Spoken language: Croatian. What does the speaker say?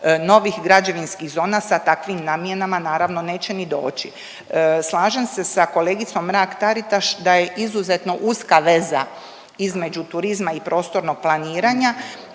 novih građevinskih zona sa takvim namjenama, naravno, neće ni doći. Slažem se sa kolegicom Mrak-Taritaš da je izuzetno uska veza između turizma i prostornog planiranja